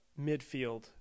midfield